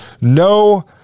No